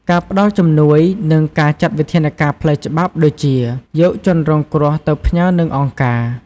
ការផ្ដល់ជំនួយ និងការចាត់វិធានការផ្លូវច្បាប់ ដូចជា យកជនរងគ្រោះទៅផ្ញើនឹងអង្គការ។